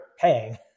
paying